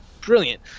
brilliant